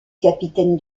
capitaine